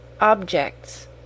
objects